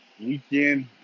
weekend